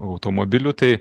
automobiliu tai